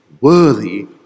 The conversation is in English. worthy